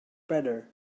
better